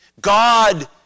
God